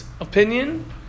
opinion